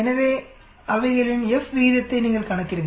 எனவே அவைகளின் F விகிதத்தை நீங்கள் கணக்கிடுங்கள்